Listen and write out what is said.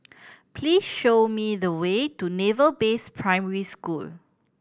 please show me the way to Naval Base Primary School